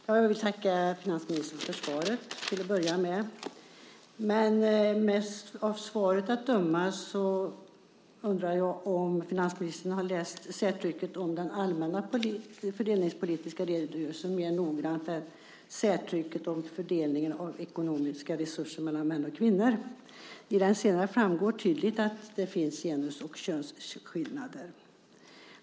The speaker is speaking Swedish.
Fru talman! Jag vill till att börja med tacka finansministern för svaret. Av svaret att döma undrar jag om finansministern har läst särtrycket om den allmänna fördelningspolitiska redogörelsen mer noggrant än särtrycket om fördelning av ekonomiska resurser mellan män och kvinnor. I den senare framgår tydligt att det finns genus och könsskillnader.